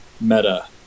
Meta